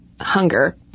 hunger